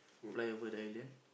fly over the island